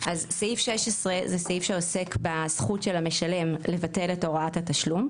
סעיף 16 זה סעיף שעוסק בזכות של המשלם לבטל את הוראת התשלום,